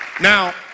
Now